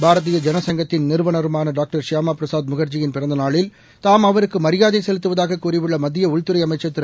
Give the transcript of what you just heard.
பாரதீய ஜன சங்கத்தின் நிறுவனருமான டாக்டர் ஷியாமா பிரசாத் முகர்ஜியின் பிறந்தநாளில் தாம் அவருக்கு மரியாதை செலுத்துவதாக கூறியுள்ள மத்திய உள்துறை அமைச்சர் திரு